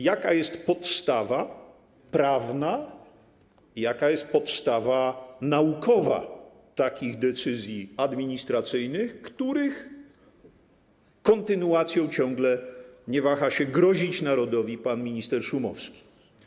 Jaka jest podstawa prawna i jaka jest podstawa naukowa takich decyzji administracyjnych, których kontynuacją ciągle nie waha się grozić narodowi pan minister Szumowski?